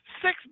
six